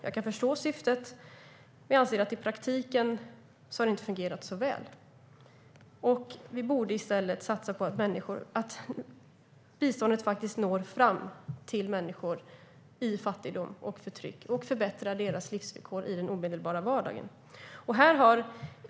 Jag kan förstå syftet men anser att det inte har fungerat så väl i praktiken. Vi borde i stället satsa på att biståndet ska nå fram till människor i fattigdom och förtryck och förbättra deras livsvillkor i den omedelbara vardagen.